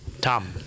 Tom